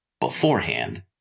beforehand